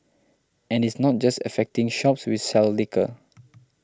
and it's not just affecting shops which sell liquor